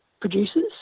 producers